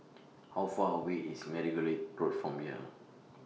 How Far away IS Margoliouth Road from here